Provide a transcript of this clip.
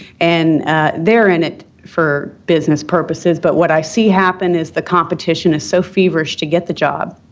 and they're in it for business purposes, but what i see happen is the competition is so feverish to get the job